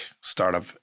startup